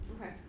Okay